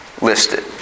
listed